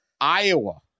Iowa